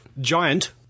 Giant